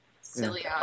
Silly